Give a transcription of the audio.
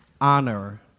Honor